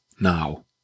now